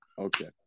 Okay